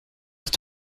het